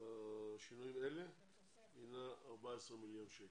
לשינויים אלה הינה 14 מיליון שקל.